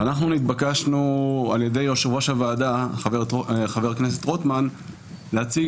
אנחנו התבקשנו על ידי יושב-ראש הוועדה חבר הכנסת רוטמן להציג